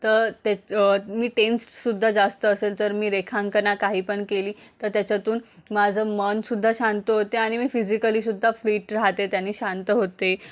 तर त्याचे मी टेन्स्टसुद्धा जास्त असेल तर मी रेखांकन काहीपण केली तर त्याच्यातून माझं मनसुद्धा शांत होते आणि मी फिजिकलीसुद्धा फिट राहते त्यानी शांत होते